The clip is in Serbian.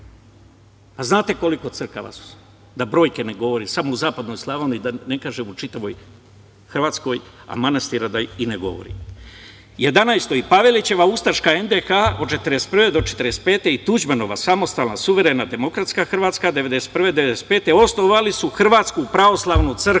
znate koliko su crkava, da brojke ne govorim, samo u zapadnoj Slavoniji, da ne kažem u čitavoj Hrvatskoj, a manastira da ih i ne govorim. Jedanaesto i Pavelićeva ustaška NDH od 1941. do 1945. i Tuđmanova samostalna, suverena demokratska Hrvatska 1991. do 1995. osnovali su Hrvatsku pravoslavnu crkvu.